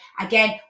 Again